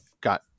got